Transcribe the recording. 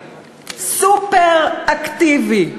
סופר-אקטיבי,